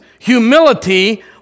Humility